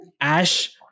Ash